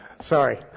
Sorry